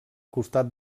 costat